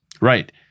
right